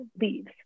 leaves